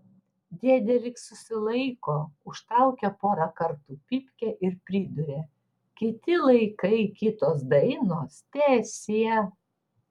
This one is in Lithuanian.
dėdė lyg susilaiko užtraukia porą kartų pypkę ir priduria kiti laikai kitos dainos teesie